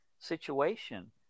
situation